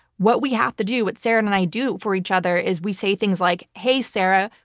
what we have to do, what sarah and i do for each other, is we say things like, hey sarah,